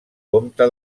comte